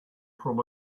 from